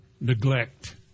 neglect